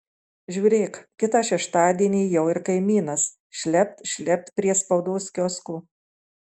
žiūrėk kitą šeštadienį jau ir kaimynas šlept šlept prie spaudos kiosko